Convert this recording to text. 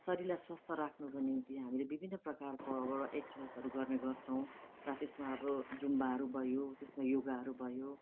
शरीरलाई स्वास्थ्य राख्नुको निम्ति हामीले विभिन्न प्रकारको हामीले एक्सर्साइजहरू गर्ने गर्छौँ र त्यसमा अब जुम्बाहरू भयो त्यसमा योगाहरू भयो